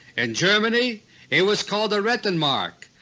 in germany it was called the rentenmark,